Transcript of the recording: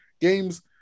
games